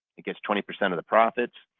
it gets twenty percent of the profits.